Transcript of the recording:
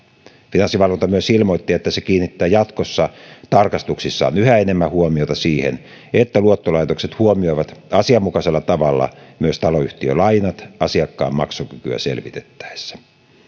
finanssivalvonta myös ilmoitti että se kiinnittää jatkossa tarkastuksissaan yhä enemmän huomiota siihen että luottolaitokset huomioivat asianmukaisella tavalla myös taloyhtiölainat asiakkaan maksukykyä selvitettäessä